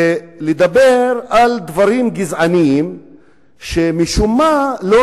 ומדברים על דברים גזעניים שמשום מה לא